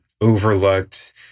overlooked